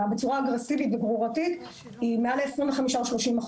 בצורה אגרסיבית וגרורתית היא מעל ל25%-30%,